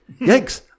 Yikes